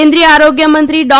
કેન્દ્રીય આરોગ્યમંત્રી ડૉ